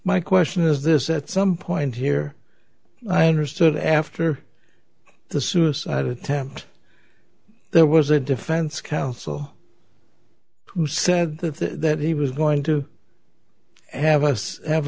my question is this at some point here i understood after the suicide attempt there was a defense counsel who said that the that he was going to have us have